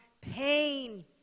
pain